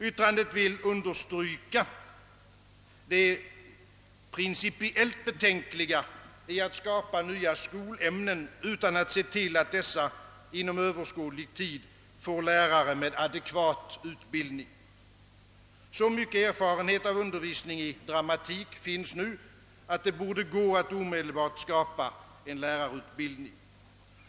Yttrandet vill i stället främst understryka det principiellt betänkliga i att skapa nya skolämnen utan att samtidigt se till att det i dessa inom överskådlig tid ges en adekvat lärarutbildning. Så mycken erfarenhet av undervisning i dramatik har vi nu, att det borde gå att omedelbart skapa en lärarutbildning.